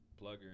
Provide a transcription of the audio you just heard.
plugger